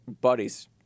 buddies